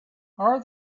are